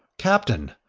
captain,